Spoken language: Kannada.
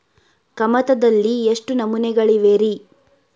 ಕಮತದಲ್ಲಿ ಎಷ್ಟು ನಮೂನೆಗಳಿವೆ ರಿ?